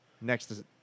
next